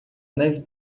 neve